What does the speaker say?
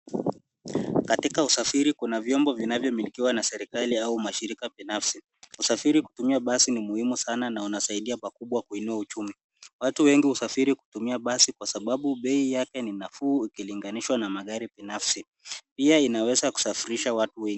Katika usafiri kuna vyombo vinavyomilikiwa na serikali au mashirika binafsi. Usafiri kutumia basi ni muhimu sana na unasaidia pakubwa kuinua uchumi. Watu wengi husafiri kutumia basi kwa sababu bei yake ni nafuu ikilinganishwa na magari binafsi. Pia inaweza kusafirisha watu wengi.